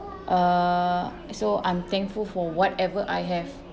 err so I'm thankful for whatever I have